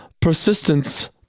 persistence